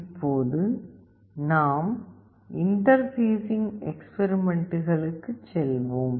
இப்போது நாம் இன்டர்பேஸிங் எக்ஸ்பெரிமெண்ட்களுக்குச் செல்வோம்